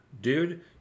dude